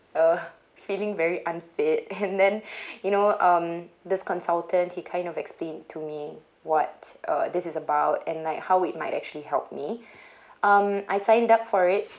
uh feeling very unfit and then you know um this consultant he kind of explained to me what uh this is about and like how it might actually help me um I signed up for it